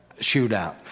shootout